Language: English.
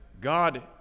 God